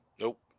Nope